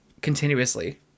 continuously